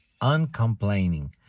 uncomplaining